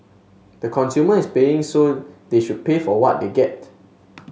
the consumer is paying so they should pay for what they get